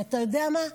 כי אתה יודע מה?